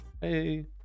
hey